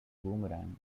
boomerang